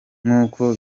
nkuko